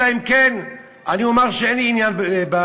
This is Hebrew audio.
אלא אם כן אני אומר שאין לי עניין בנושא.